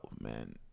man